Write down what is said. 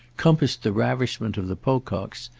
compassed the ravishment of the pococks,